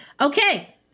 okay